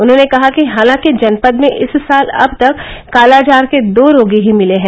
उन्होंने कहा कि हालांकि जनपद में इस साल अब तक कालाजार के दो रोगी ही मिले हैं